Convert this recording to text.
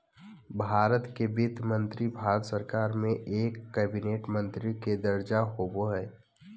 भारत के वित्त मंत्री भारत सरकार में एक कैबिनेट मंत्री के दर्जा होबो हइ